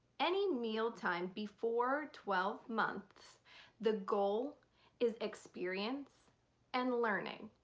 any mealtime before twelve months the goal is experience and learning.